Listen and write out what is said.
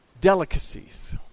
delicacies